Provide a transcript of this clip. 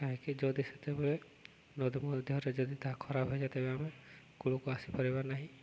କାହିଁକି ଯଦି ସେତେବେଳେ ନଦୀ ମଧ୍ୟରେ ଯଦି ତାହା ଖରାପ ହୋଇଯାଏ ଯେତେବେଳେ ଆମେ କୂଳକୁ ଆସିପାରିବା ନାହିଁ